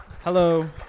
hello